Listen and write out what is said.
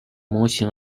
模型